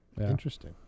Interesting